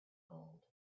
gold